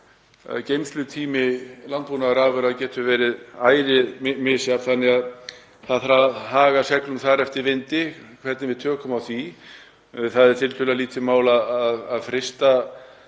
að geymslutími landbúnaðarafurða getur verið ærið misjafn og því þarf að haga seglum eftir vindi, hvernig við tökum á því. Það er tiltölulega lítið mál að frysta